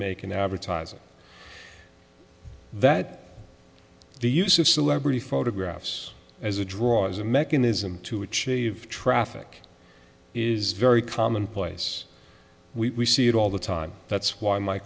make an advertising that the use of celebrity photographs as a draw as a mechanism to achieve traffic is very commonplace we see it all the time that's why my